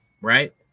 Right